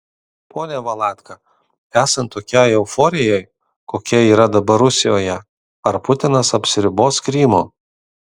pone valatka esant tokiai euforijai kokia yra dabar rusijoje ar putinas apsiribos krymu